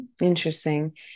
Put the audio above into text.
Interesting